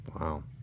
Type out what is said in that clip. Wow